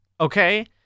okay